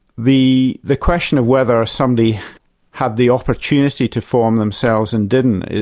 the the question of whether somebody had the opportunity to form themselves and didn't,